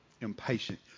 impatient